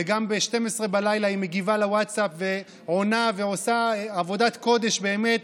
וגם ב-24:00 היא מגיבה לווטסאפ ועונה ועושה עבודת קודש באמת,